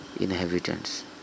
inhabitants